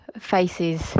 faces